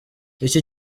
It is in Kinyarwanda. iki